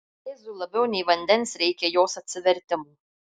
jėzui labiau nei vandens reikia jos atsivertimo